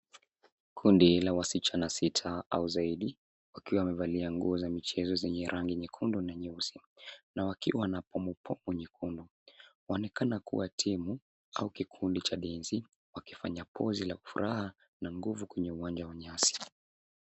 Kundi la wasichana sita au zaidi wakiwa wamevalia nguo za michezo zenye rangi nyekundu na nyeusi na wakiwa na pomopo kwenye mkono. Wanaonekana kuwa timu au kikundi cha densi wakifanya pose la furaha na nguvu kwenye uwanja wa nyasi.